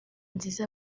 nziza